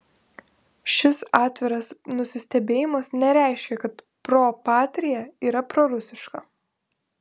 šis atviras nusistebėjimas nereiškia kad pro patria yra prorusiška